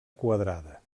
quadrada